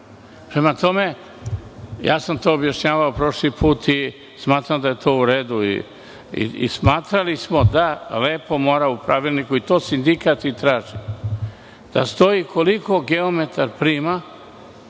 Prema tome, objašnjavao sam prošli put i smatram da je to u redu. Smatrali smo da lepo mora u pravilniku, to sindikat i traži, da stoji koliko geometar prima.